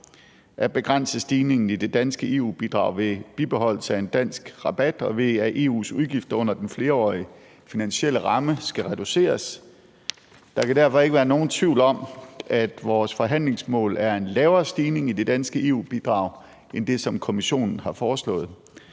at begrænse stigningen i det danske EU-bidrag ved bibeholdelse af en dansk rabat og ved, at EU's udgifter under den flerårige finansielle ramme skal reduceres. Der kan derfor ikke være nogen tvivl om, at vores forhandlingsmål er en lavere stigning i det danske EU-bidrag end det, som Kommissionen har foreslået.